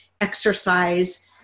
exercise